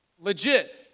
Legit